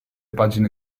pagine